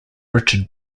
richard